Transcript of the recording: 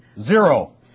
zero